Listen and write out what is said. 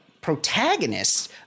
protagonists